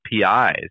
PIs